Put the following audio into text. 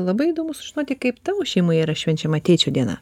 labai įdomu sužinoti kaip tavo šeimoje yra švenčiama tėčių diena